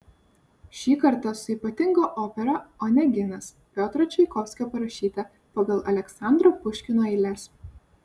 šį kartą su ypatinga opera oneginas piotro čaikovskio parašyta pagal aleksandro puškino eiles